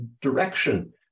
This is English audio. direction